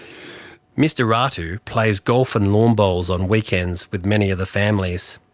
mr ratu plays golf and lawn bowls on weekends with many of the families.